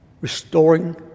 Restoring